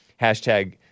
Hashtag